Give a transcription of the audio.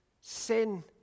sin